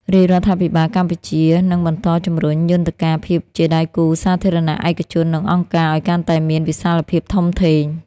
រាជរដ្ឋាភិបាលកម្ពុជានឹងបន្តជំរុញយន្តការភាពជាដៃគូសាធារណៈ ឯកជន និងអង្គការ ឱ្យកាន់តែមានវិសាលភាពធំធេង។